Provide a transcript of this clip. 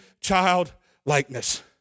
childlikeness